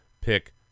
pick